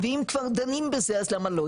ואם כבר דנים בזה אז למה לא?